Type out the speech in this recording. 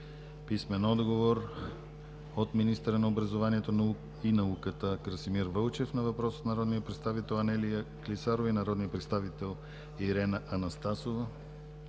Клисарова; - министъра на образованието и науката Красимир Вълчев на въпрос от народния представител Анелия Клисарова и народния представител Ирена Анастасова;